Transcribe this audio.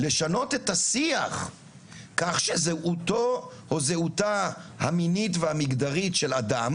אלא לשנות את השיח כך שזהותו או זהותה המינית והמגדרית של אדם